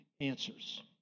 answers